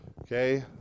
Okay